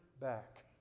back